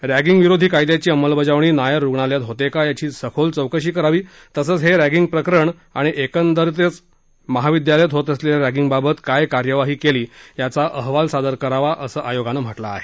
रँगीग विरोधी कायदयाची अंमलबजावणी नायर रुग्णालयात होते का याची सखोल चौकशी करावी तसंच हे रँगीग प्रकरण आणि एकंदरच होत असलेल्या रँगीगबाबत काय कार्यवाही केली याचा अहवाल सादर करावा असा आयोगानं म्हटलं आहे